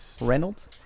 Reynolds